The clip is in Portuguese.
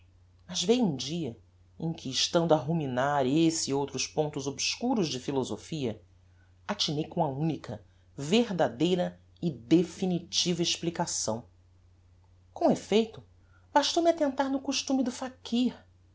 um dia em que estando a ruminar esse e outros pontos obscuros de philosophia atinei com a unica verdadeira e definitiva explicação com effeito bastou me attentar no costume do